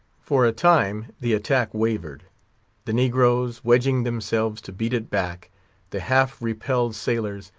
for a time, the attack wavered the negroes wedging themselves to beat it back the half-repelled sailors,